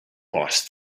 passed